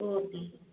okay